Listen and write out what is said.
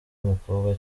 umukobwa